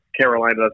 Carolina